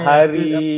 Hari